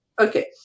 Okay